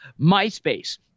myspace